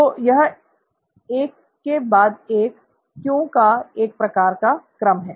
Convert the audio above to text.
तो यह एक के बाद एक "क्यों" का एक प्रकार का क्रम है